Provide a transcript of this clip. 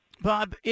Bob